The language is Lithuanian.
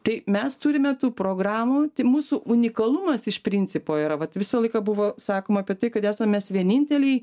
tai mes turime tų programų tai mūsų unikalumas iš principo yra vat visą laiką buvo sakoma apie tai kad esam mes vieninteliai